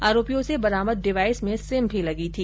आरोपियों से बरामद डिवाइस में सिम भी लगी थी